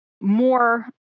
more